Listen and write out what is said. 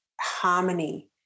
harmony